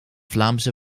vlaamse